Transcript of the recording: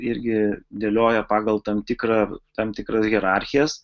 irgi dėlioja pagal tam tikrą tam tikras hierarchijas